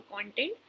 content